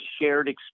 shared